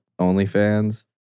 OnlyFans